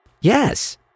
Yes